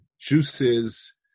juices